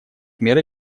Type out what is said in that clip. меры